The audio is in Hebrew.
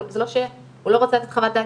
זה לא שהוא לא רוצה לתת חוות דעת,